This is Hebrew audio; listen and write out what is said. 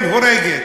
הורגת.